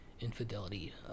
infidelity